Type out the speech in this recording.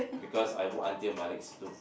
because I walk until my legs too pain